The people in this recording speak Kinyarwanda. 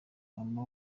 mama